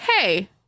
hey